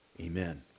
Amen